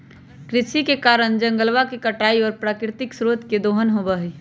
कृषि के कारण जंगलवा के कटाई और प्राकृतिक स्रोत के दोहन होबा हई